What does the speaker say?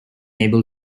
able